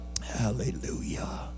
hallelujah